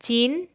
ଚୀନ୍